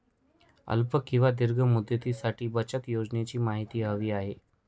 अल्प किंवा दीर्घ मुदतीसाठीच्या बचत योजनेची माहिती हवी आहे